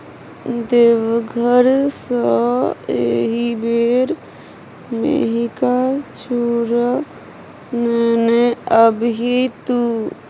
देवघर सँ एहिबेर मेहिका चुड़ा नेने आबिहे तु